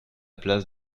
place